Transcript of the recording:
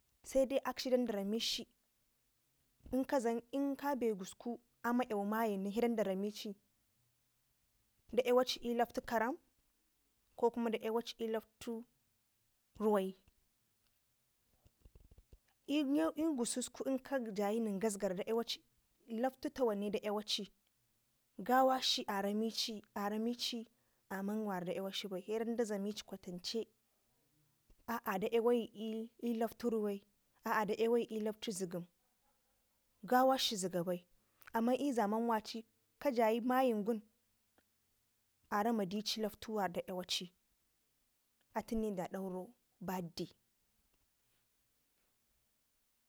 sedai akshi danda raniikshi inkazan inkabe kusku amma yawu mayin nen se danda ramici da yaweci i'loktu karam, ko kuma da yawakci i'locku ruwai i'kusuku kaja nengasgara da yawaci loktu tawane dayawaci gawakshi aramici amman wara da yawak shi bai he dan da dlami kwatance a'a da yawu i'loktu ruwai a'a da yawayu i'loktu ziggəm gawakshi ziga bai amman i'zaman waci ka jayi mayən gun arama daci loktu wara da yawaci a tune da daurau birthday.